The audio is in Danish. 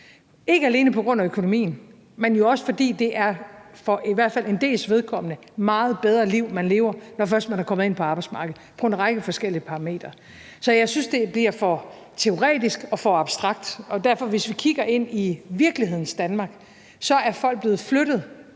ikke alene på grund af økonomien, men jo også fordi det i hvert fald for en dels vedkommende er meget bedre liv, man lever, når først man er kommet ind på arbejdsmarkedet, på en række forskellige parametre. Så jeg synes, det bliver for teoretisk og for abstrakt. Og hvis vi kigger ind i virkelighedens Danmark, er folk blevet flyttet